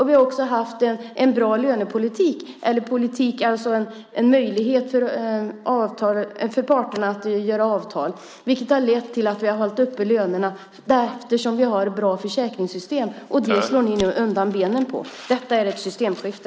Vi har också haft en bra politik med möjlighet för parterna att träffa avtal, vilket har lett till att vi har hållit uppe lönerna eftersom vi har bra försäkringssystem. Det slår ni nu undan benen för. Detta är ett systemskifte.